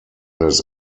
his